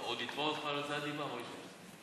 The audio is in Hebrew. מה, הוא עוד יתבע אותך על הוצאת דיבה, מוישה.